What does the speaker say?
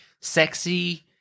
sexy